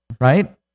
Right